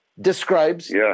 Describes